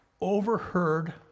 overheard